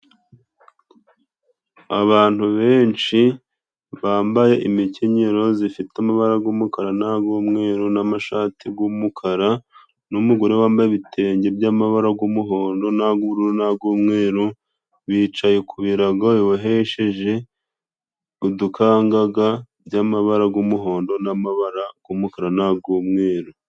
Abantu benshi bambaye imikenyero zifite amabara g'umukara n'ag'umweru, n'amashati g'umukara. N'umugore wambaye ibitenge by'amabara g'umuhondo n'ag'ubururu n'ag'umweru. Bicaye ku birago bibohesheje udukangaga by'amabara g'umuhondo n'amabara g'umukara n'ag'umweru.